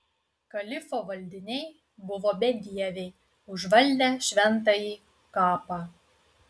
kalifo valdiniai buvo bedieviai užvaldę šventąjį kapą